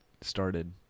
started